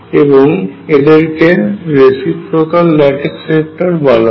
এবং এদেরকে reciprocal lattice vector বলা হয়